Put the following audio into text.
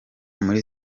muri